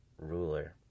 ruler